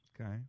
Okay